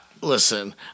Listen